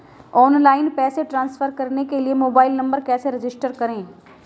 Online पैसे transfer करने के लिए मोबाइल नंबर कैसे रजिस्टर करें?